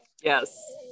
Yes